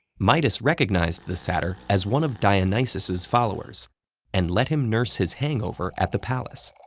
midas recognized the satyr as one of dionysus's followers and let him nurse his hangover at the palace.